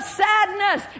sadness